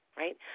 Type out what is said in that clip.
right